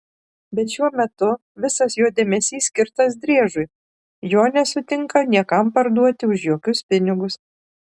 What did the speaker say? bet šiuo metu visas jo dėmesys skirtas driežui jo nesutinka niekam parduoti už jokius pinigus